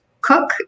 Cook